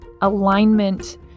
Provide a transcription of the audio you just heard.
alignment